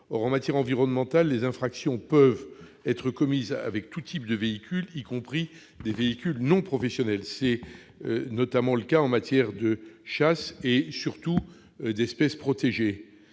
Or, en matière environnementale, les infractions peuvent être commises avec tout type de véhicules, y compris non professionnels. C'est notamment le cas en matière de chasse et, surtout, d'espèces protégées.